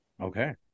Okay